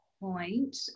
point